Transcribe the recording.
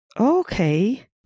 Okay